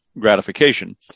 gratification